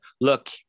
look